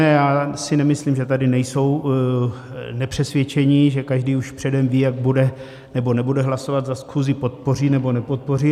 A já si nemyslím, že tady nejsou nepřesvědčení, že každý už předem ví, jak bude, nebo nebude hlasovat, zda schůzi podpoří, nebo nepodpoří.